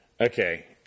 Okay